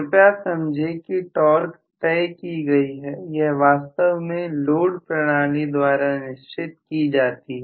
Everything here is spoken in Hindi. कृपया समझें कि टॉर्क तय की गई है यह वास्तव में लोड प्रणाली द्वारा निश्चित की जाती है